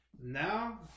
Now